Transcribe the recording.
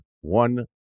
one